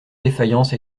défaillance